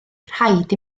rhaid